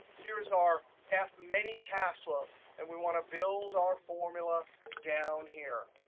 here's our f many cash flows. and we want to build our formula down here.